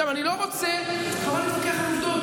עכשיו, אני לא רוצה, חבל להתווכח על עובדות.